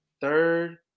third